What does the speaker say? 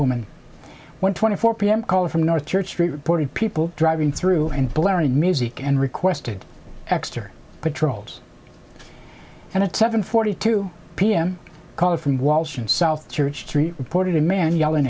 woman one twenty four p m caller from north church street reported people driving through and blaring music and requested extra patrols and at seven forty two pm caller from walsh in south church three reported a man yelling